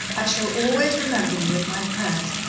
i shall always remember you in my prayers,